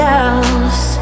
else